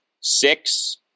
six